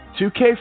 2K